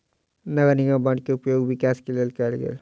नगर निगम बांड के उपयोग विकास के लेल कएल गेल